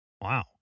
Wow